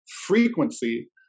frequency